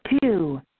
Two